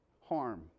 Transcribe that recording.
harm